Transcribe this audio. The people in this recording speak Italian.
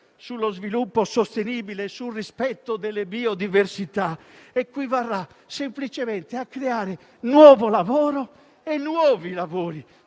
sullo sviluppo sostenibile e sul rispetto delle biodiversità equivarrà semplicemente a creare nuovo lavoro e nuovi lavori